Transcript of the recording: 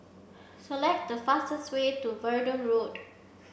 select the fastest way to Verdun Road